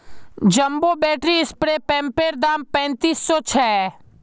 jumbo battery spray पंपैर दाम पैंतीस सौ छे